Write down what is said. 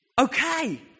okay